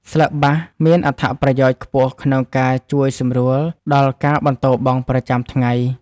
ស្លឹកបាសមានអត្ថប្រយោជន៍ខ្ពស់ក្នុងការជួយសម្រួលដល់ការបន្ទោរបង់ប្រចាំថ្ងៃ។